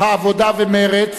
העבודה ומרצ